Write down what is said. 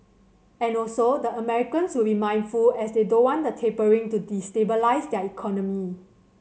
and also the Americans will be mindful as they don't want the tapering to destabilise their economy